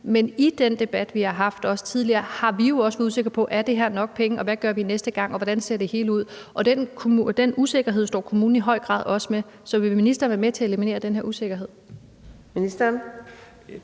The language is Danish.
men i den debat, vi har haft tidligere, har vi jo også været usikre på, om det her er nok penge, hvad vi gør næste gang, og hvordan det hele ser ud, og den usikkerhed står kommunen i høj grad også med. Så vil ministeren være med til at eliminere den her usikkerhed?